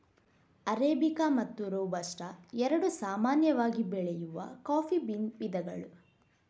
arabica ಮತ್ತು robusta ಎರಡು ಸಾಮಾನ್ಯವಾಗಿ ಬೆಳೆಯುವ ಕಾಫಿ ಬೀನ್ ವಿಧಗಳು